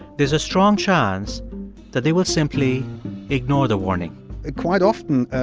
there's a strong chance that they will simply ignore the warning quite often,